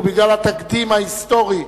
ובגלל התקדים ההיסטורי,